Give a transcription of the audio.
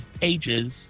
pages